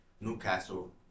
Newcastle